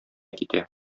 китә